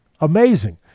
Amazing